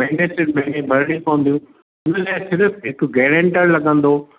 महिने सर महिने भरिणी पवंदी उन लाइ सिर्फ़ हिकु गैरेंटर लॻंदो